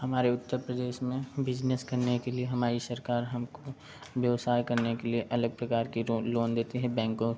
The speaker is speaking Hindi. हमारे उत्तर प्रदेश में बिजनेस करने के लिए हमारी सरकार हमको व्यवसाय करने के लिए अलग प्रकार के लोन देती हैं बैंकों